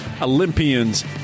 Olympians